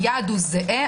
היעד זהה.